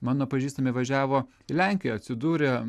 mano pažįstami važiavo į lenkiją atsidūrė